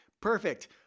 Perfect